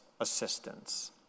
assistance